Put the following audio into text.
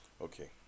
okay